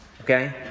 okay